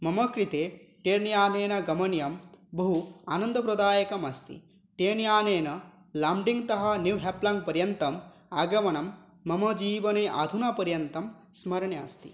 मम कृते टेन्यानेन गमनीयं बहु आनन्दप्रदायकम् अस्ति टेन्यानेन लाम्बडिङ्ग्तः न्यूहेपलाङ्ग्पर्यन्तम् आगमनं मम जीवने अधुना पर्यन्तं स्मरणे अस्ति